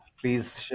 please